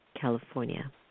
California